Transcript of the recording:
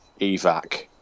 evac